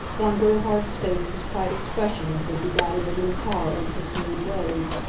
von gerhard's face was quite expressionless as he guided the little car over the smooth road.